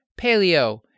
paleo